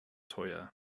teuer